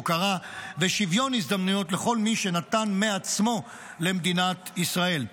הוקרה ושוויון הזדמנויות לכל מי שנתן מעצמו למדינת ישראל.